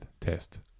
Test